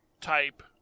type